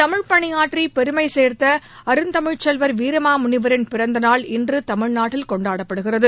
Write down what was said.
தமிழ் பணியாற்றி பெருமை சேர்த்த அருந்தமிழ்ச்செல்வர் வீரமாமுனிவரின் பிறந்த நாள் இன்று தமிழ்நாட்டில் கொண்டாடப்படுகிறது